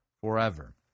forever